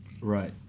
Right